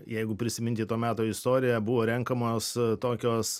jeigu prisiminti to meto istoriją buvo renkamos tokios